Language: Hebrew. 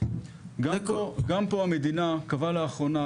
גם פה, המדינה אישרה, לאחרונה,